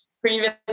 previous